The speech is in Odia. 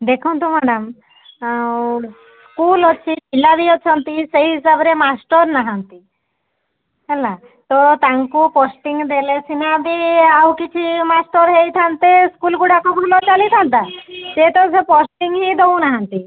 ଦେଖନ୍ତୁ ମ୍ୟାଡ଼ାମ୍ ସ୍କୁଲ୍ ଅଛି ପିଲାବି ଅଛନ୍ତି ସେଇ ହିସାବରେ ମାଷ୍ଟର୍ ନାହାନ୍ତି ହେଲା ତ ତାଙ୍କୁ ପୋଷ୍ଟିଙ୍ଗ୍ ଦେଲେ ସିନା ବି ଆଉ କିଛି ମାଷ୍ଟର୍ ହେଇଥାନ୍ତେ ସ୍କୁଲ୍ ଗୁଡ଼ାକ ଭଲ ଚାଲିଥାନ୍ତା ସିଏ ତ ସେ ପୋଷ୍ଟିଙ୍ଗ୍ ହିଁ ଦେଉନାହାନ୍ତି